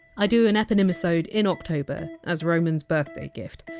i do an eponymisode in october as roman! s birthday gift,